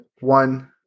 one